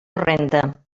renda